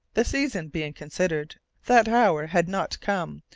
the season being considered, that hour had not come,